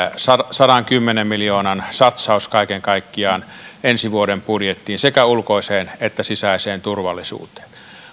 sadankymmenen miljoonan satsaus kaiken kaikkiaan ensi vuoden budjettiin sekä ulkoiseen että sisäiseen turvallisuuteen